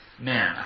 Man